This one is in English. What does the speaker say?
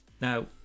now